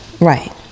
right